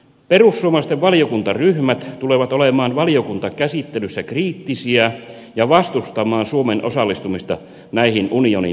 perussuomalaisten valiokuntaryhmät tulevat olemaan valiokuntakäsittelyssä kriittisiä ja vastustamaan suomen osallistumista näihin unionin vakausvälineisiin